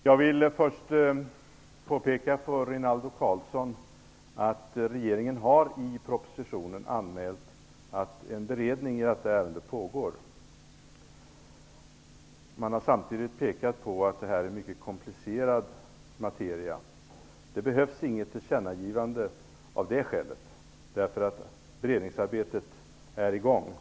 Herr talman! Jag vill först påpeka för Rinaldo Karlsson att regeringen i propositionen har anmält att det pågår en beredning i detta ärende. Samtidigt har man pekat på att detta är en mycket komplicerad materia. Det behövs således inget tillkännagivande av det skälet, eftersom beredningsarbetet är i gång.